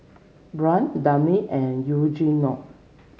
Brant Daphne and Eugenio